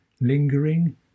lingering